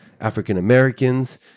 African-Americans